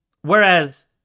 Whereas